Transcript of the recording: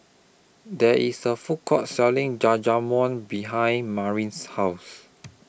There IS A Food Court Selling Jajangmyeon behind Marin's House